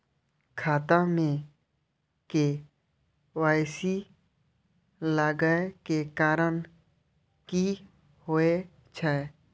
खाता मे के.वाई.सी लागै के कारण की होय छै?